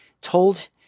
told